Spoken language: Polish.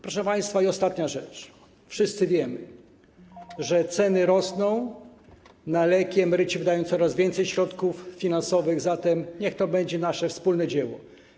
Proszę państwa, ostatnia rzecz: wszyscy wiemy, że ceny rosną, emeryci wydają coraz więcej środków finansowych na leki, zatem niech to będzie nasze wspólne dzieło.